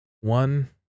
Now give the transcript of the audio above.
one